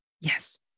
Yes